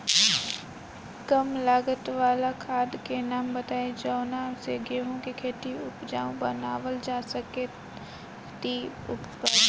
कम लागत वाला खाद के नाम बताई जवना से गेहूं के खेती उपजाऊ बनावल जा सके ती उपजा?